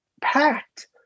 packed